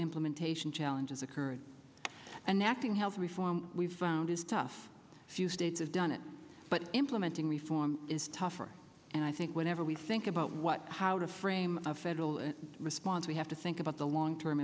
implementation challenges occurred and acting health reform we've found is tough few states has done it but implementing reform is tougher and i think whenever we think about what how to frame a federal response we have to think about the long term